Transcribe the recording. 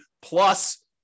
plus